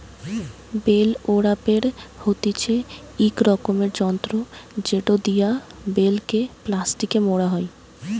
bell wrapper হতিছে ইক রকমের যন্ত্র জেটো দিয়া বেল কে প্লাস্টিকে মোড়া হই